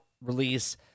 release